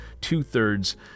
two-thirds